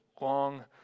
long